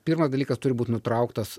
pirmas dalykas turi būt nutrauktas